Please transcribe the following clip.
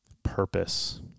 Purpose